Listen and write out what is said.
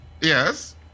Yes